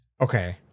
Okay